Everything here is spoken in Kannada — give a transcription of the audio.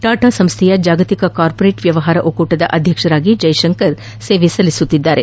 ಟಾಟಾ ಸಂಸ್ಲೆಯ ಜಾಗತಿಕ ಕಾರ್ಮೊರೇಟ್ ವ್ಲವಹಾರ ಒಕ್ಕೂಟದ ಅಧ್ಯಕ್ಷರಾಗಿ ಜೈಸಂಕರ್ ಸೇವೆ ಸಲ್ಲಿಸುತ್ತಿದ್ದಾರೆ